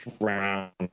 round